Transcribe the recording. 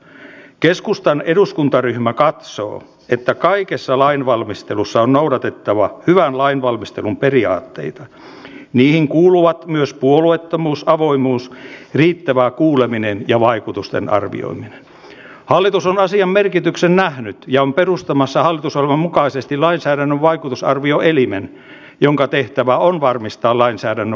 keskustan eduskuntaryhmä katsoo että kaikessa lainvalmistelussa on se tietysti outoa että kreikan valtio joka on tämän ongelman kohdannut jo kauan sitten ei ole saanut tätä järjestelykeskusta toimimaan niin että tulevat nyt sitten tornioon katsomaan tilannetta